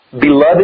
beloved